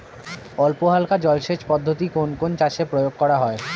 অল্পহালকা জলসেচ পদ্ধতি কোন কোন চাষে প্রয়োগ করা হয়?